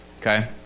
Okay